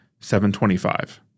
725